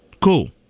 Cool